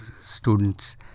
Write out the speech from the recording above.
students